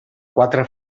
quatre